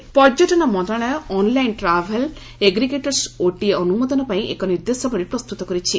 OTA guidelines ପର୍ଯ୍ୟଟନ ମନ୍ତ୍ରଣାଳୟ online travel aggregators OTA ଅନୁମୋଦନ ପାଇଁ ଏକ ନିର୍ଦ୍ଦେଶାବାଳୀ ପ୍ରସ୍ତୁତ କରିଛି